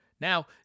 Now